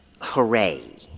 Hooray